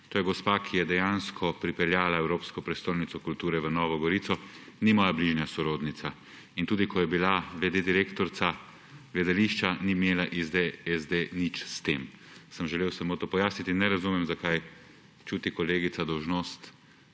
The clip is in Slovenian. to je gospa, ki je dejansko pripeljala evropsko prestolnico kulture v Novo Gorico, ni moja bližnja sorodnica. Tudi ko je bila v. d. direktorica gledališča, ni imela SD nič s tem. Sem želel samo to pojasniti in ne razumem, zakaj čuti kolegica dolžnost